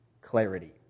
clarity